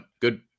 Good